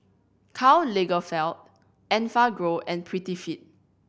Karl Lagerfeld Enfagrow and Prettyfit